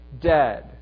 dead